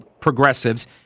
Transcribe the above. progressives